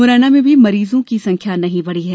मुरैना में भी मरीजों की संख्या नहीं बढ़ी है